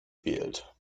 wählt